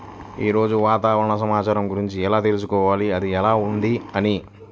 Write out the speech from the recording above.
ఈరోజు వాతావరణ సమాచారం గురించి ఎలా తెలుసుకోవాలి అది ఎలా ఉంది అని?